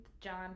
John